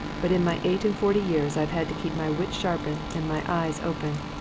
but in my eight-and-forty years i've had to keep my wits sharpened and my eyes open.